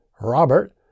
Robert